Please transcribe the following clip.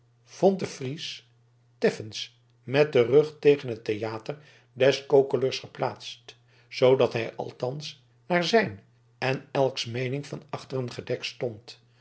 vond zich de fries teffens met den rug tegen het theater des kokelers geplaatst zoodat hij althans naar zijn en elks meening van achteren gedekt stond